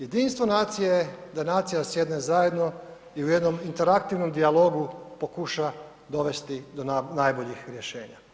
Jedinstvo nacije je da nacija sjedne zajedno i u jednom interaktivnom dijalogu pokuša dovesti do najboljih rješenja.